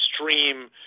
extreme